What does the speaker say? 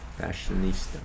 fashionista